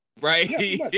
right